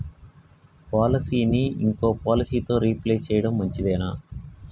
పాలసీని ఇంకో పాలసీతో రీప్లేస్ చేయడం మంచిదేనా?